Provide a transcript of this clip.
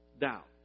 Doubt